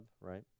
right